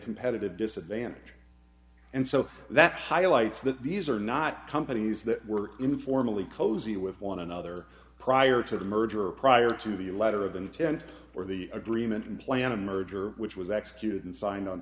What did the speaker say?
competitive disadvantage and so that's highlights that these are not companies that were informally cozy with one another prior to the merger prior to the letter of intent or the agreement in plan a merger which was executed and signed on